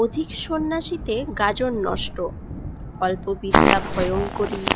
অধিক সন্ন্যাসীতে গাজন নষ্ট অল্প বিদ্যা ভয়ঙ্করী